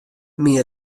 myn